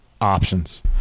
options